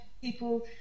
people